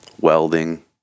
welding